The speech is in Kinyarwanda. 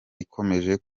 ikomeje